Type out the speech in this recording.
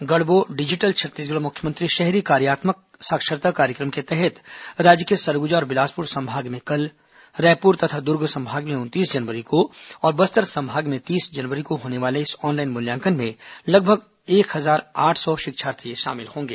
गढ़बो digital Chhattisgarh मुख्यमंत्री शहरी कार्यात्मक साक्षरता कार्यक्रम के तहत राज्य के सरगुजा और बिलासपुर संभाग में कल रायपुर तथा दुर्ग संभाग में उनतीस जनवरी को और बस्तर संभाग में तीस जनवरी को होने वाले इस ऑनलाइन मूल्यांकन में लगभग एक हजार आठ सौ शिक्षार्थी शामिल होंगे